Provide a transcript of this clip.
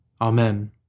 Amen